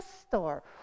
store